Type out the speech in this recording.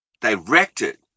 directed